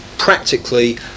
practically